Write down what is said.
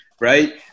right